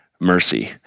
mercy